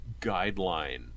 guideline